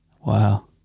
Wow